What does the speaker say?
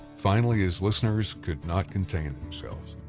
finally his listeners could not contain themselves.